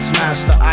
master